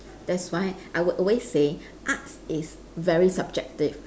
that's why I would say arts is very subjective